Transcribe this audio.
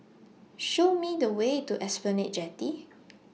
Show Me The Way to Esplanade Jetty